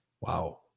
Wow